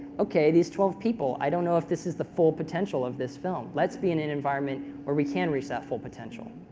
ok, these twelve people. i don't know if this is the full potential of this film. let's be in an environment where we can reach that full potential.